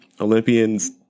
Olympians